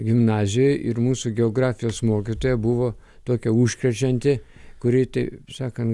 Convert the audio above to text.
gimnazijoj ir mūsų geografijos mokytoja buvo tokia užkrečianti kuri taip sakant